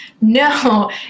No